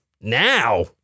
Now